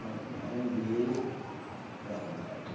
അത് ഭയങ്കര വെയിൽ ഇതാകണം ചുറ്റും